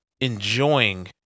enjoying